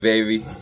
Baby